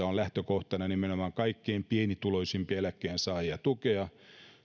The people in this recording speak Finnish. on lähtökohtana nimenomaan kaikkein pienituloisimpia eläkkeensaajia tukea